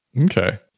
okay